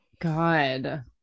God